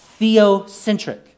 theocentric